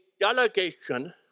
delegation